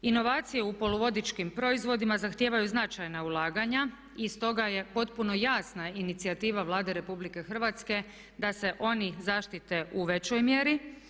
Inovacije u poluvodičkim proizvodima zahtijevaju značajna ulaganja i stoga je potpuno jasna inicijativa Vlade RH da se oni zaštite u većoj mjeri.